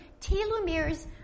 telomeres